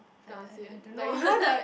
I I I don't know